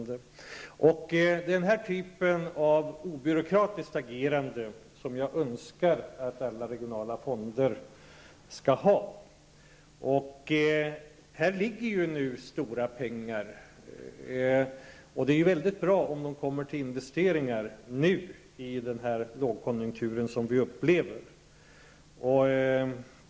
Det är den typen av obyråkratiskt agerande som jag önskar att alla regionala fonder skall ha. Här ligger ju stora pengar, och det är väldigt bra om de används till investeringar i den lågkonjunktur som vi upplever nu.